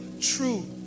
true